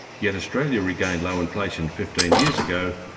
yet australia regained low inflation fifteen years ago,